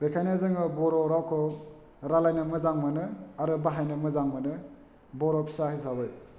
बेखायनो जोङो बर' रावखौ रायज्लायनो मोजां मोनो आरो बाहायनो मोजां मोनो बर' फिसा हिसाबै